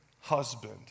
husband